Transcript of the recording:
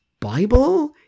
Bible